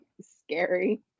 scary